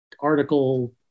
article